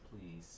please